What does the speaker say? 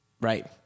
Right